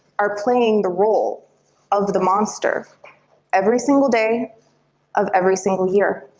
are playing the role of the monster every single day of every single year.